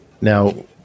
Now